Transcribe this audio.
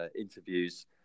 interviews